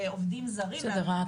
כעובדים זרים --- בסדר,